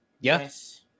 Yes